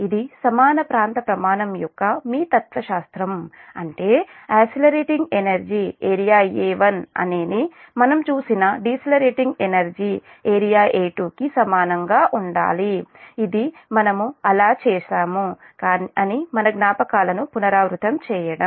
ఇది సమాన ప్రాంత ప్రమాణం యొక్క మీ తత్వశాస్త్రం అంటే ఎసిలరేటింగ్ ఎనర్జీ ఏరియా A1 అనేది మనం చూసిన డిసిలరేటింగ్ ఎనర్జీ ఏరియా A2 కి సమానంగా ఉండాలి ఇది మనము అలా అలా చేశాము అని మన జ్ఞాపకాలను పునరావృతం చేయడం